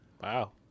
Wow